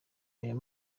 ayo